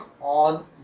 on